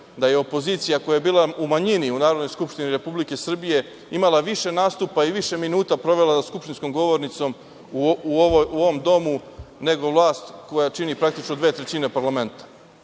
da je opozicija, koja je bila u manjini u Narodnoj skupštini Republike Srbije, imala više nastupa i više minuta provela za skupštinskom govornicom u ovom domu nego vlast koja čini, praktično, dve trećine parlamenta.